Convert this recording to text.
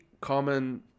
common